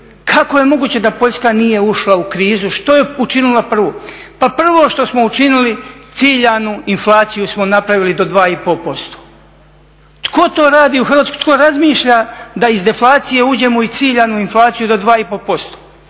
kako je moguće da Poljska nije ušla u krizu, što je učinila prvo? Pa prvo što smo učinili ciljanu inflaciju smo napravili do 2,5%. Tko to radi u Hrvatskoj, tko razmišlja da iz deflacije uđemo u ciljanu inflaciju do 2,5%?